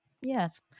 yes